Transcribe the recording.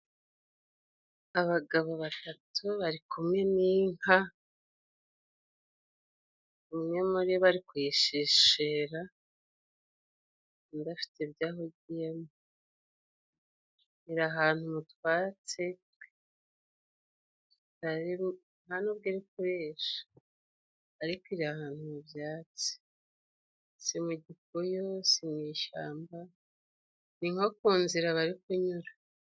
Abagabo batatu bari kumwe n'inka, umwe muri bo ari kuyishishira, undi afite ibyo ahugiyemo. Iri ahantu mutwatsi nta n'ubwo iri kurisha. Iri ahantu mu twatsi, si mu gikoyu, si mu ishyamba, ni nko ku nzira bari kunyura.